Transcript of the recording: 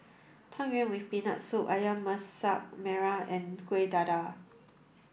Tang Yuen with peanut soup Ayam Masak Merah and Kueh Dadar